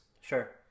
Sure